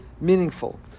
meaningful